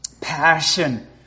passion